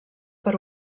per